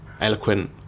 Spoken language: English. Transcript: eloquent